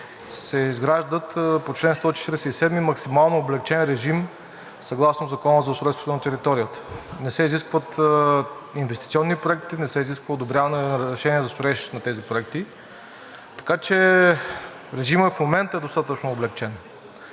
се изграждат по чл. 147 – максимално облекчен режим, съгласно Закона за устройството на територията. Не се изискват инвестиционни проекти, не се изисква одобряване на разрешение за строеж на тези проекти, така че режимът в момента е достатъчно облекчен.